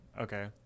okay